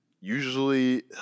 Usually